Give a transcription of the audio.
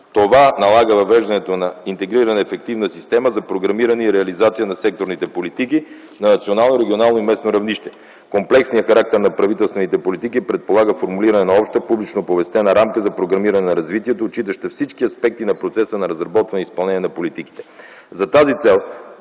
Това налага въвеждането на интегрирана ефективна система за програмиране и реализация на секторните политики на национално, регионално и местно равнище. Комплексният характер на правителствените политики предполага формулиране на обща публично оповестена рамка за програмиране на развитието, отчитащо всички аспекти на разработване и изпълнение на политиките. За тази цел,